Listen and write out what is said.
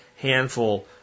handful